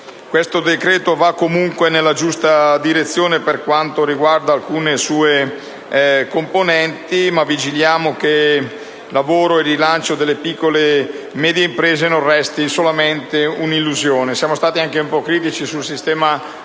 Questo decreto-legge va comunque nella giusta direzione per quanto riguarda alcune misure in esso contenute, ma noi vigiliamo che lavoro e rilancio delle piccole medie imprese non restino solamente un'illusione. Siamo stati anche un po' critici sul sistema di